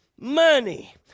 money